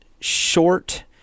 short